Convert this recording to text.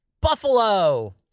buffalo